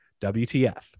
WTF